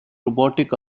robotic